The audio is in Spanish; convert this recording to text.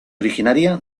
originaria